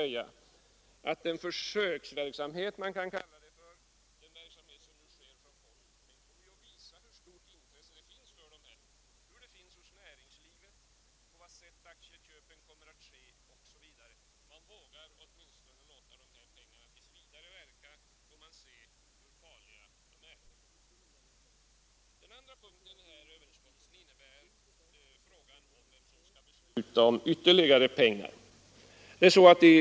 Man vågar — åtminstone tills vidare — låta de här pengarna verka; sedan får man se, hur farliga de är. Den andra punkten i överenskommelsen gäller frågan om vem som skall besluta om ytterligare pengar.